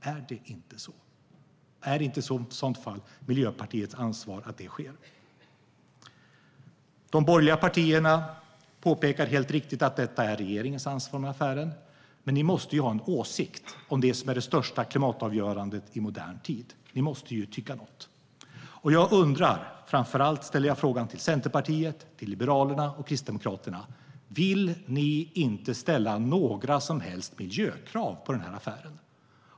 Är det inte så? Är det inte i så fall Miljöpartiets ansvar att det sker? De borgerliga partierna påpekar helt riktigt att den här affären är regeringens ansvar. Men ni måste ju ha en åsikt om det som är det största klimatavgörandet i modern tid. Ni måste tycka något. Framför allt ställer jag frågan till Centerpartiet, Liberalerna och Kristdemokraterna: Vill ni inte ställa några som helst miljökrav på den här affären?